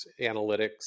analytics